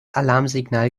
alarmsignal